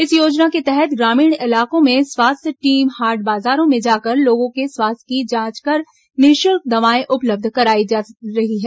इस योजना के तहत ग्रामीण इलाकों में स्वास्थ्य टीम हाट बाजारों में जाकर लोगों के स्वास्थ्य की जांच कर निःशुल्क दवाइयां उपलब्ध कराई जा रही है